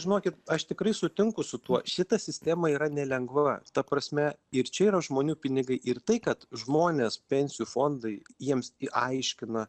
žinokit aš tikrai sutinku su tuo šita sistema yra nelengva ta prasme ir čia yra žmonių pinigai ir tai kad žmonės pensijų fondai jiems į aiškina